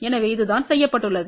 எனவே இதுதான் செய்யப்பட்டுள்ளது